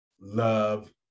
love